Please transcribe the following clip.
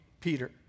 Peter